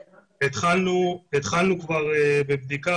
הסוכנות בכל העולם בודקת לפי חוק השבות,